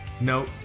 no